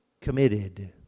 committed